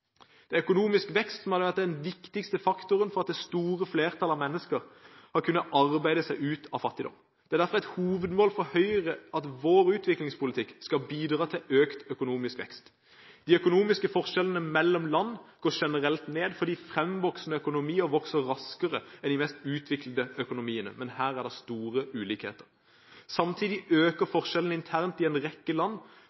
økonomisk vekst som har vært den viktigste faktoren for at det store flertallet av mennesker har kunnet arbeide seg ut av fattigdom. Det er derfor et hovedmål for Høyre at vår utviklingspolitikk skal bidra til økt økonomisk vekst. De økonomiske forskjellene mellom land går generelt ned, fordi fremvoksende økonomier vokser raskere enn de mest utviklede økonomiene. Men her er det store ulikheter. Samtidig øker